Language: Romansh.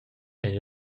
ein